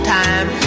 time